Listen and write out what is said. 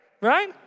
right